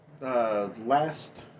last